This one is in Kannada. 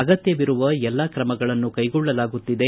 ಅಗತ್ಯವಿರುವ ಎಲ್ಲ ತ್ರಮಗಳನ್ನು ಕೈಗೊಳ್ಳಲಾಗುತ್ತಿದೆ